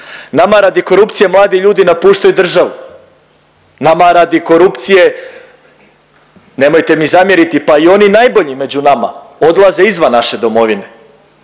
Nama radi korupcije mladi ljudi napuštaju državu, nama radi korupcije, nemojte mi zamjeriti pa i oni najbolji među nama odlaze izvan naše domovine.